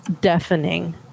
deafening